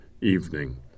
evening